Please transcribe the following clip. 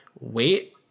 wait